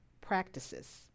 practices